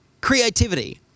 Creativity